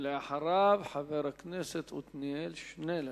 ואחריו, חבר הכנסת עתניאל שנלר.